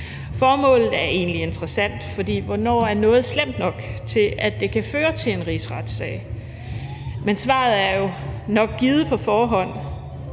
Formålet er egentlig interessant, for hvornår er noget slemt nok til, at det kan føre til en rigsretssag? Men svaret er jo nok givet på forhånd: